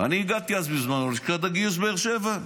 אני הגעתי אז, בזמנו, ללשכת הגיוס באר שבע.